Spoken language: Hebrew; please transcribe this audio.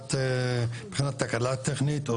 מבחינת תקלה טכנית,